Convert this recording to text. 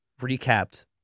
recapped